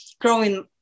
growing